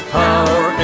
power